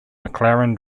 mclaren